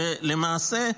ולמעשה,